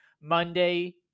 monday